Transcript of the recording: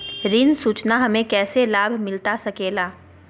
ऋण सूचना हमें कैसे लाभ मिलता सके ला?